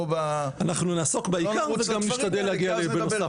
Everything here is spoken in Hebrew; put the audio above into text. ב- -- אנחנו נעסוק בעיקר וגם נשתדל להגיע בנוסף לעיקר.